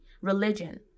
Religion